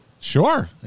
Sure